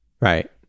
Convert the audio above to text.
Right